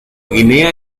guinea